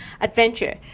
Adventure